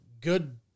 good